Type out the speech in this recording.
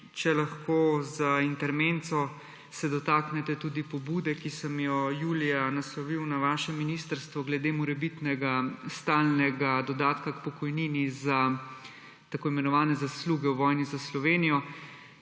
se lahko dotaknete tudi pobude, ki sem jo julija naslovil na vaše ministrstvo glede morebitnega stalnega dodatka k pokojnini za tako imenovane zasluge v vojni za Slovenijo